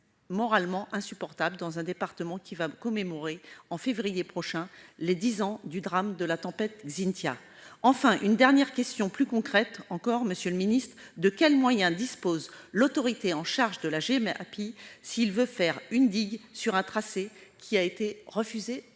moralement insupportable dans un département qui commémorera en février prochain les dix ans du drame de la tempête Xynthia. Enfin, je poserai une dernière question, plus concrète encore, monsieur le ministre : de quels moyens dispose l'autorité chargée de la Gemapi si elle souhaite faire une digue sur un tracé qui a été refusé